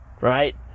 right